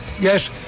Yes